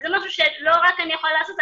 זה משהו שלא רק אני יכולה לעשות,